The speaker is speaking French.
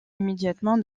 immédiatement